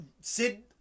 Sid